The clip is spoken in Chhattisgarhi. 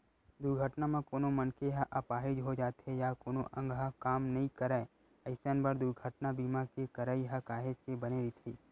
दुरघटना म कोनो मनखे ह अपाहिज हो जाथे या कोनो अंग ह काम नइ करय अइसन बर दुरघटना बीमा के करई ह काहेच के बने रहिथे